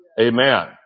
Amen